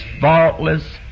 faultless